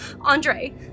Andre